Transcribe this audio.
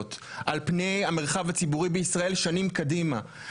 על פני המרחב הציבורי בישראל שנים קדימה.